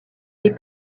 les